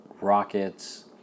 rockets